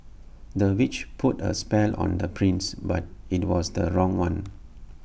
the witch put A spell on the prince but IT was the wrong one